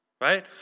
right